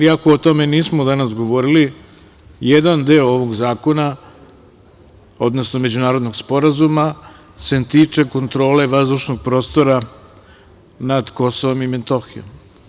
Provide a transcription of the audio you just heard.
Iako o tome nismo danas govorili jedan deo ovog zakona, odnosno međunarodnog sporazuma se tiče kontrole vazdušnog prostora nad Kosovom i Metohijom.